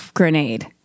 Grenade